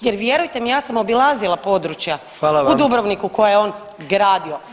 Jer vjerujte mi ja sam obilazila područja u Dubrovniku koja je on gradio.